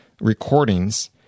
recordings